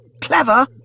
Clever